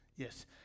Yes